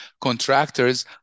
contractors